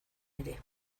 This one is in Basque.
ere